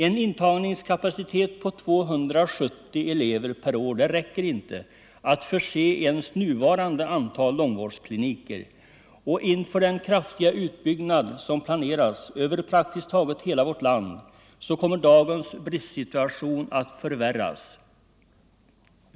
En intagningskapacitet på 270 elever per år räcker inte för Torsdagen den att förse ens nuvarande antal långvårdskliniker med sjukgymnaster, och 2] november 1974 med den kraftiga utbyggnad som planeras över praktiskt taget hela vårt land kommer dagens bristsituation att förvärras.